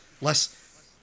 less